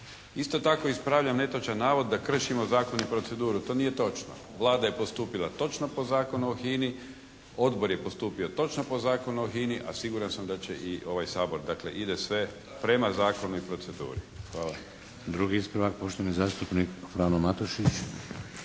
Isto tako ispravljam netočan navod da kršimo zakon i proceduru. To nije točno. Vlada je postupila točno po Zakonu o HINA-i, odbor je postupio točno po Zakonu o HINA-i, a siguran sam da će i ovaj Sabor, dakle ide sve prema zakonu i proceduri. Hvala. **Šeks, Vladimir (HDZ)** Drugi ispravak, poštovani zastupnik Frano Matušić.